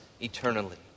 eternally